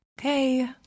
Okay